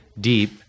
deep